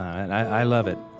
i love it.